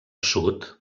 sud